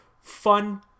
fun